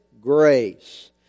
grace